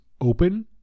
open